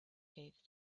gave